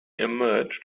emerged